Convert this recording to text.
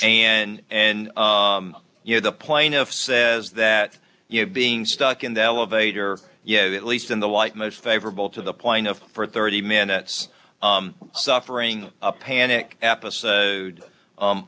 and and you know the plaintiff says that you have being stuck in the elevator yet at least in the light most favorable to the plaintiff for thirty minutes suffering a panic episode